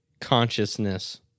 consciousness